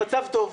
המצב טוב.